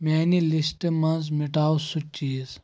میانہِ لسٹ منز مِٹاو سُہ چیٖز